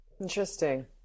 Interesting